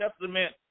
Testament